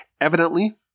Evidently